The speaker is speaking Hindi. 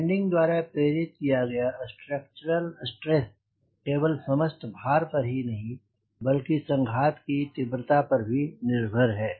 लैंडिंग द्वारा प्रेरित किया गया स्ट्रक्टरल स्ट्रेस केवल समस्त भार पर ही नहीं बल्कि संघात की तीव्रता पर भी निर्भर है